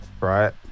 Right